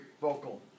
vocal